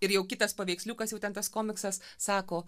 ir jau kitas paveiksliukas jau ten tas komiksas sako